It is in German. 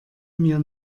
mir